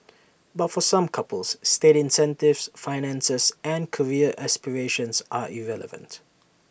but for some couples state incentives finances and career aspirations are irrelevant